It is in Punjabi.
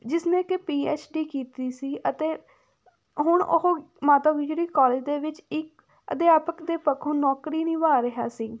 ਜਿਸ ਨੇ ਕਿ ਪੀ ਐੱਚ ਡੀ ਕੀਤੀ ਸੀ ਅਤੇ ਹੁਣ ਉਹ ਮਾਤਾ ਗੁਜਰੀ ਕੋਲਜ ਦੇ ਵਿੱਚ ਇੱਕ ਅਧਿਆਪਕ ਦੇ ਪੱਖੋਂ ਨੌਕਰੀ ਨਿਭਾ ਰਿਹਾ ਸੀ